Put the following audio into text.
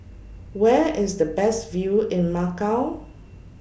Where IS The Best View in Macau